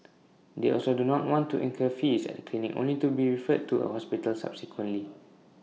they also do not want to incur fees at A clinic only to be referred to A hospital subsequently